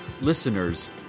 Listeners